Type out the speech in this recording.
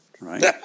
Right